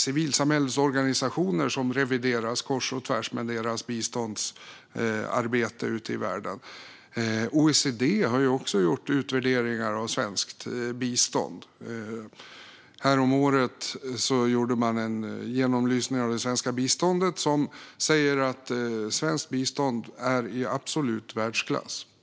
Civilsamhällesorganisationer och deras biståndsarbete ute i världen revideras kors och tvärs. OECD har också gjort utvärderingar av svenskt bistånd. Häromåret gjorde man en genomlysning av det svenska biståndet som säger att det är i absolut världsklass.